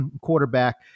quarterback